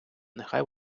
нехай